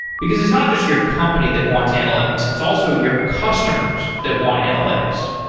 because it's not just your company that wants analytics. it's also your customers that want analytics.